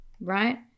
right